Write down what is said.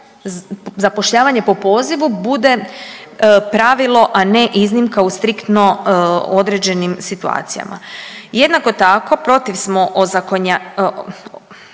zapošljavanje po pozivu bude pravilo, a ne iznimka u striktno određenim situacijama. Jednako tako, protiv smo ozakonjivanja